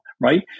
right